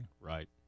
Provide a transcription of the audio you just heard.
Right